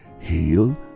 heal